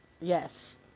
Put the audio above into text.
Yes